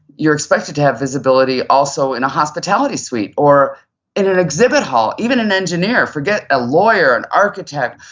you're expected to have visibility also in a hospitality suite or in an exhibit hall. even an engineer, forget a lawyer, an architect,